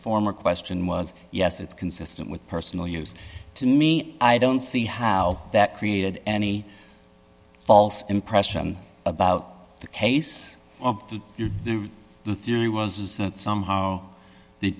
former question was yes it's consistent with personal use to me i don't see how that created any false impression about the case the theory was that somehow they